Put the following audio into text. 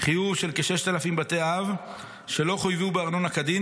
חיוב של כ-6,000 בתי אב שלא חויבו בארנונה כדין